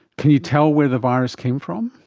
can you tell where the virus came from?